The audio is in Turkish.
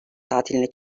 tatiline